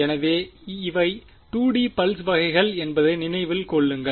எனவே இவை 2 D pulse வகைகள் என்பதை நினைவில் கொள்ளுங்கள்